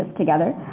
together.